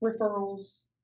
referrals